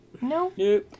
No